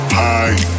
high